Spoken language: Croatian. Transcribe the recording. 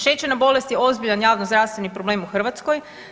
Šećerna bolest je ozbiljan javnozdravstveni problem u Hrvatskoj.